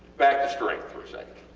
back to strength for a second.